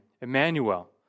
Emmanuel